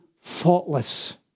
faultless